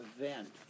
event